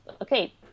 okay